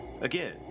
Again